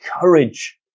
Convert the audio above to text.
courage